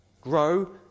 Grow